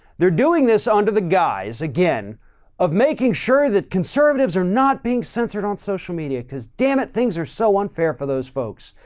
they're doing this onto the guys again of making sure that conservatives are not being censored on social media because dammit, things are so unfair for those folks.